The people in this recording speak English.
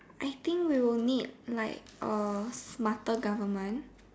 I think we will need like a smarter government